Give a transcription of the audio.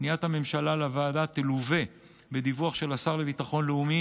פניית הממשלה לוועדה תלווה בדיווח של השר לביטחון לאומי